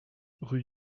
rue